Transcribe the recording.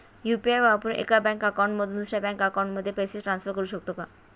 UPI वापरून एका bank account मधून दुसऱ्या बँक अकाउंटमध्ये पैसे ट्रान्सफर करू शकतो का?